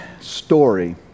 story